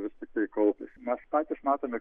vis tiktai kaupiasi mes patys matome